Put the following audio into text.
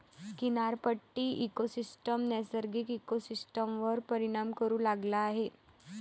किनारपट्टी इकोसिस्टम नैसर्गिक इकोसिस्टमवर परिणाम करू लागला आहे